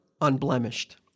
unblemished